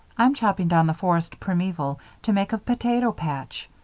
i'm chopping down the forest primeval to make a potato patch.